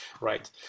Right